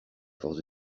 force